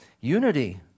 unity